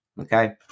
okay